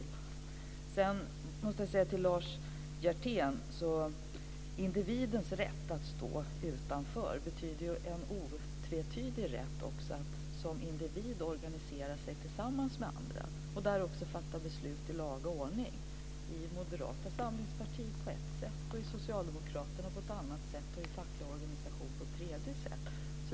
Till Lars Hjertén måste jag säga att individens rätt att stå utanför betyder en otvetydig rätt också att som individ organisera sig tillsammans med andra och fatta beslut i laga ordning. I Moderata samlingspartiet gör man det på ett sätt, i Socialdemokraterna på ett annat sätt och i fackliga organisationer på ett tredje sätt.